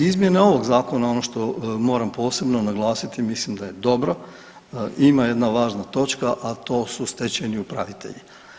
Izmjene ovog zakona što moram posebno naglasiti mislim da je dobro, ima jedna važna točka a to su stečajni upravitelji.